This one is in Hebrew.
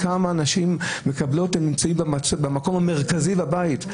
רואה כמה הנשים מקבלות תפקיד מרכזי בבית,